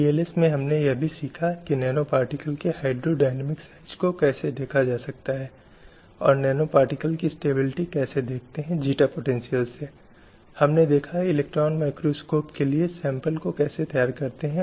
इसलिए सेक्स पर आधारित किसी भी तरह का एक भेदबहिष्करण या प्रतिबंध और जो महिलाओं द्वारा अधिकारों की मान्यता या महिलाओं के अधिकार के साथ दखल देने या प्रभावित करने की कोशिश करता है भेदभाव की धारणा के रूप में समझा जाएगा